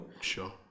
sure